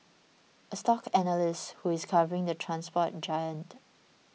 a stock analyst who is covering the transport giant